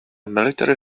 military